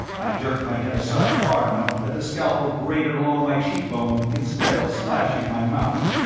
i jerked my head aside far enough that the scalpel grated along my cheekbone instead of slashing my mouth.